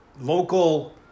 local